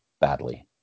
badly